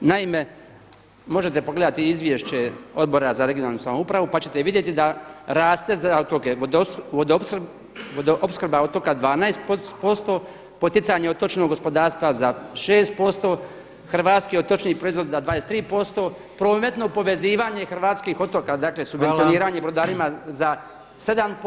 Naime, možete pogledati izvješće Odbora za regionalnu samoupravu pa ćete vidjeti da raste za … vodoopskrba otoka 12%, poticanje od stočnog gospodarstva za 6%, hrvatski otočni proizvod za 23%, prometno povezivanje hrvatskih otoka, dakle subvencioniranje brodarima za 7%